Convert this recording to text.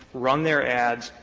run their ads,